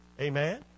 Amen